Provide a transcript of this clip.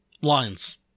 Lions